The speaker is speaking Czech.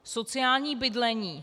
Sociální bydlení.